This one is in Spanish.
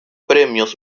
premios